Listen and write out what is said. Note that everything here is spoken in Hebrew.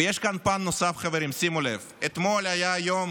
ויש כאן פן נוסף, חברים, שימו לב: אתמול היה יום